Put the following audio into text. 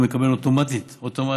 הוא מקבל אוטומטית אוטומטית,